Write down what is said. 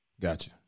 Gotcha